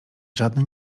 żadne